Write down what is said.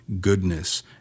goodness